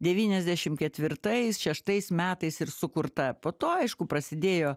devyniasdešim ketvirtais šeštais metais ir sukurta po to aišku prasidėjo